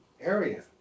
area